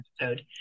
episode